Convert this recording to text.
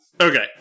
Okay